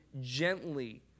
gently